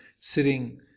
sitting